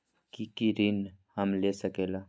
की की ऋण हम ले सकेला?